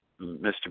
Mr